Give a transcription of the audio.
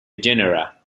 genera